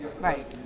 Right